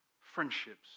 friendships